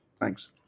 Thanks